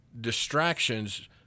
distractions